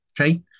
Okay